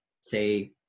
say